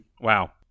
Wow